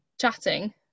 chatting